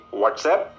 WhatsApp